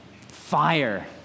fire